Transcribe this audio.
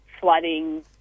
flooding